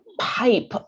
Pipe